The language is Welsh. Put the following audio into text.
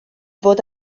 fod